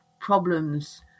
problems